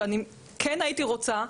ואני כן הייתי רוצה,